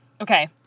Okay